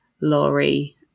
Laurie